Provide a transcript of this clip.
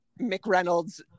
McReynolds